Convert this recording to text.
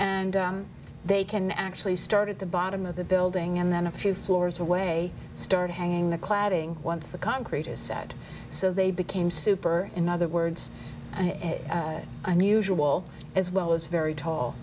and they can actually start at the bottom of the building and then a few floors away start hanging the cladding once the concrete is sad so they became super in other words and unusual as well as very tall